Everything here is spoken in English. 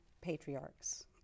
patriarchs